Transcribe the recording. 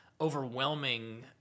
overwhelming